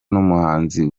n’umuhanzi